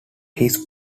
his